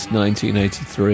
1983